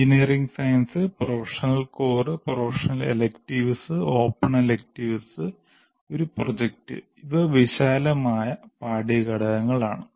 engineering sciences professional core professional elective open electives ഒരു project ഇവ വിശാലമായ പാഠ്യ ഘടകങ്ങളാണ്